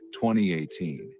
2018